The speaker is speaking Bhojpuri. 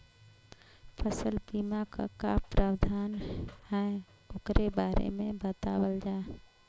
फसल बीमा क का प्रावधान हैं वोकरे बारे में बतावल जा?